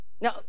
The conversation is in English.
Now